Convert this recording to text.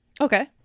Okay